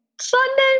sunday